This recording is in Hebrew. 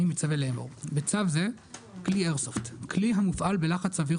אני מצווה לאמור: הגדרות בצו זה - "כלי איירסופט" כלי המופעל בלחץ אוויר